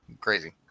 crazy